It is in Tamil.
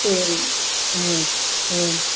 சரி ம் ம்